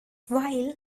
while